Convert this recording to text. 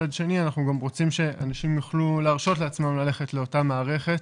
מצד שני אנחנו רוצים שאנשים יוכלו להרשות לעצמם ללכת לאותה מערכת.